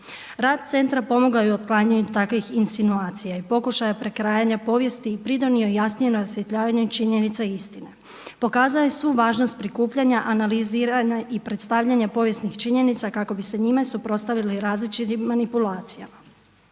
Rad centra pomogao je i u otklanjanju takvih insinuacija i pokušaja prekrajanja povijesti i pridonio na jasnijem osvjetljavanju činjenica i istine. Pokazao je svu važnost prikupljanja, analiziranja i predstavljanja povijesnih činjenica kako bi se njime suprotstavili različitim manipulacijama.